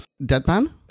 Deadpan